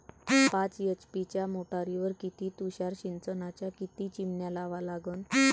पाच एच.पी च्या मोटारीवर किती तुषार सिंचनाच्या किती चिमन्या लावा लागन?